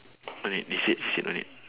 no need they said they said no need